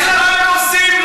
אז מה הם עושים?